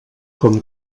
com